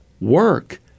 Work